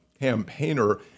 campaigner